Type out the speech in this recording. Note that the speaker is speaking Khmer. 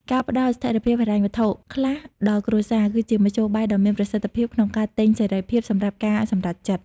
ការផ្តល់ "ស្ថិរភាពហិរញ្ញវត្ថុ" ខ្លះដល់គ្រួសារ គឺជាមធ្យោបាយដ៏មានប្រសិទ្ធភាពក្នុងការទិញ "សេរីភាព" សម្រាប់ការសម្រេចចិត្ត។